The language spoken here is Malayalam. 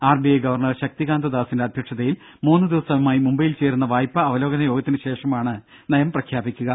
ആർബിഐ ഗവർണർ ശക്തികാന്ത ദാസിന്റെ അധ്യക്ഷതയിൽ മൂന്ന് ദിവസമായി മുംബൈയിൽ ചേരുന്ന വായ്പാ അവലോകന യോഗത്തിന് ശേഷമാണ് നയം പ്രഖ്യാപിക്കുക